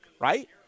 right